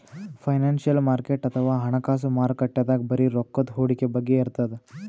financial market ಅಥವಾ ಹಣಕಾಸ್ ಮಾರುಕಟ್ಟೆದಾಗ್ ಬರೀ ರೊಕ್ಕದ್ ಹೂಡಿಕೆ ಬಗ್ಗೆ ಇರ್ತದ್